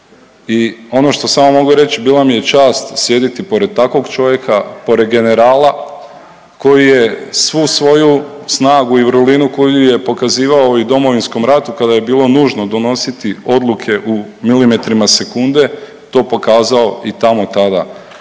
i ono što samo mogu reći bila mi je čast sjediti pored takvog čovjeka, pored generala koji je svu svoju snagu i vrlinu koju je pokazivao i u Domovinskom ratu kada je bilo nužno donositi odluke u milimetrima sekunde to pokazao i tamo tada